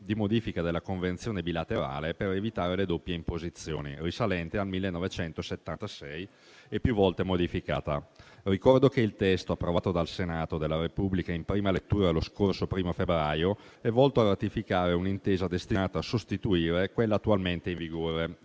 di modifica della convenzione bilaterale per evitare le doppie imposizioni, risalente al 1976 e più volte modificata. Ricordo che il testo approvato dal Senato della Repubblica in prima lettura lo scorso 1o febbraio è volto a ratificare un'intesa destinata a sostituire quella attualmente in vigore,